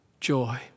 joy